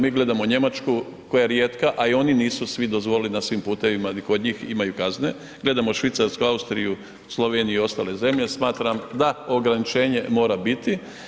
Mi gledamo Njemačku koja je rijetka a oni nisu svi dozvolili na svim putevima i kod njih imaju kazne, gledamo Švicarsku, Austriju, Sloveniju i ostale zemlje, smatram da ograničenje mora biti.